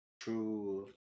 True